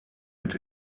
mit